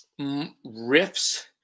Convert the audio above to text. riffs